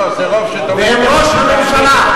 וראש הממשלה,